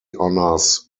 honors